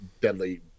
deadly